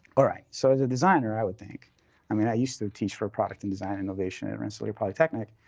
all right, so as a designer, i would think i mean, i used to teach for product and design innovation at rensselaer polytechnic,